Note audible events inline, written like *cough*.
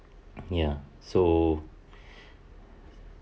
ya so *breath*